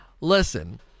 Listen